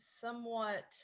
somewhat